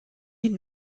die